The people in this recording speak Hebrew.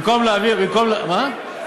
במקום להעביר, מה?